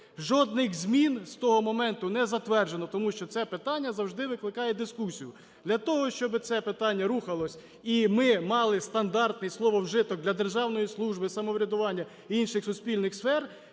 Жодних змін з того моменту не затверджено, тому що це питання завжди викликає дискусію. Для того, щоби це питання рухалося, і ми мали стандартний слововжиток для державної служби, самоврядування і інших суспільних сфер,